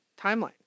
timeline